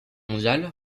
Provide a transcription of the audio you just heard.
mondiale